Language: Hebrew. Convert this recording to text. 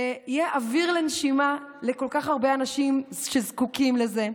זה יהיה אוויר לנשימה לכל כך הרבה אנשים שזקוקים לזה.